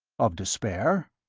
of despair?